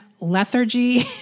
lethargy